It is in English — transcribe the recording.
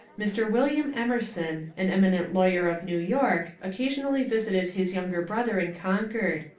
mr. william emerson, an eminent lawyer of new york, occasionauy visited his younger brother in concord.